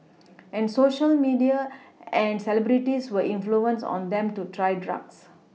and Social media and celebrities were influences on them to try drugs